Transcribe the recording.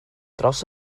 dros